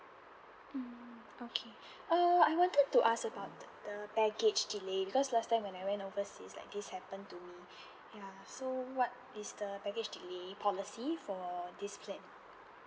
mm okay err I wanted to ask about the baggage delay because last time when I went overseas like this happen to me ya so what is the package delay policy for this plan